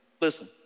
listen